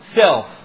self